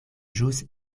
ĵus